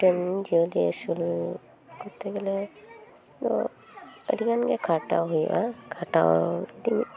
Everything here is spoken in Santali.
ᱤᱧ ᱡᱤᱭᱟᱹᱞᱤ ᱟᱹᱥᱩᱞ ᱠᱚᱨᱛᱮ ᱜᱮᱞᱮ ᱟᱹᱰᱤᱜᱟᱱ ᱜᱮ ᱠᱷᱟᱴᱟᱣ ᱦᱩᱭᱩᱜᱼᱟ ᱠᱷᱟᱴᱟᱣ ᱤᱧ